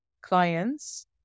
clients